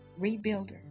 Rebuilder